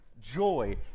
joy